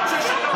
אמסלם, תודה.